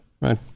Right